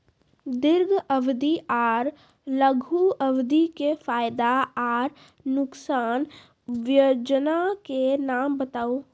दीर्घ अवधि आर लघु अवधि के फायदा आर नुकसान? वयोजना के नाम बताऊ?